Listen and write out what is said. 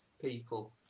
people